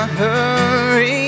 hurry